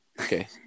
okay